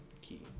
key